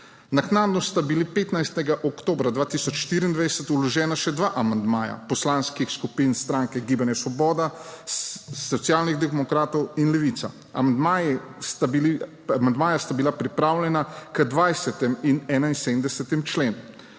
Naknadno sta bila 15. oktobra 2024 vložena še dva amandmaja poslanskih skupin strank Gibanje Svoboda, Socialnih demokratov in Levica. Amandmaja sta bila pripravljena k 20. in 71. členu.